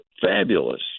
fabulous